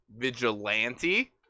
vigilante